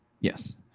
Yes